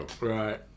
right